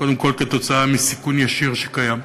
קודם כול כתוצאה מסיכון ישיר שקיים.